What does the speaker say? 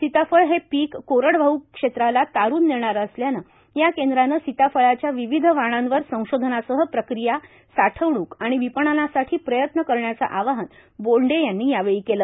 सीताफळ हे पीक कोरडवाह क्षेत्राला तारून नेणारं असल्यानं या केंद्रानं सीताफळाच्या विविध वाणांवर संशोधनासह प्रक्रिया साठवण्क आणि विपणनासाठी प्रयत्न करण्याचं आवाहन बोंडे यांनी यावेळी केलं